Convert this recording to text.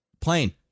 Plane